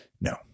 No